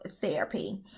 therapy